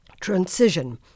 transition